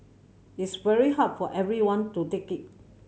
it's very hard for everyone to take it